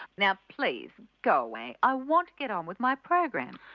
now please go away, i want to get on with my program.